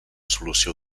solució